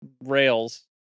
rails